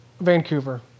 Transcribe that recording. Vancouver